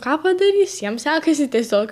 ką padarysi jiem sekasi tiesiog